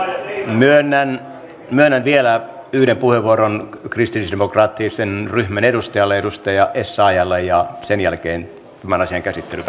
myönnän myönnän vielä yhden puheenvuoron kristillisdemokraattisen ryhmän edustajalle edustaja essayahlle ja sen jälkeen tämän asian käsittely